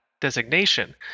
designation